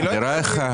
נראה לך?